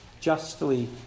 justly